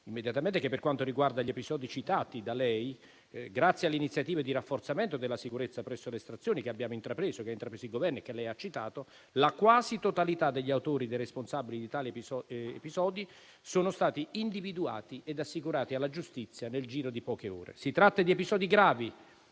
immediatamente che, per quanto riguarda gli episodi citati da lei, grazie alle iniziative di rafforzamento della sicurezza presso le stazioni, intraprese dal nostro Governo e che lei ha citato, la quasi totalità degli autori e dei responsabili di tali episodi è stata individuata e assicurata alla giustizia nel giro di poche ore. Si tratta di episodi gravi,